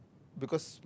because